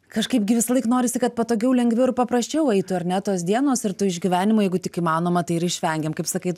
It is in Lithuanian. kažkaip gi visąlaik norisi kad patogiau lengviau ir paprasčiau eitų ar ne tos dienos ir tų išgyvenimų jeigu tik įmanoma tai ir išvengiam kaip sakai